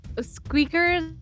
Squeakers